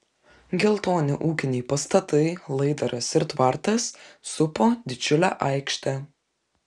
geltoni ūkiniai pastatai laidaras ir tvartas supo didžiulę aikštę